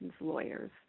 lawyers